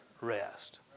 rest